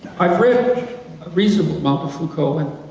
i've read a reasonable amount of foucault and